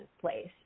place